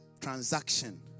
transaction